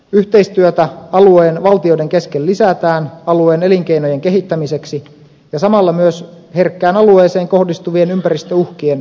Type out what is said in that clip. yhteistyötä alueen valtioiden kesken lisätään alueen elinkeinojen kehittämiseksi ja samalla myös herkkään alueeseen kohdistuvien ympäristöuhkien torjumiseksi